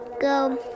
go